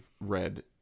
read